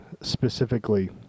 specifically